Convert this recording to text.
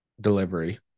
delivery